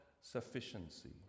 sufficiency